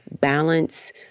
balance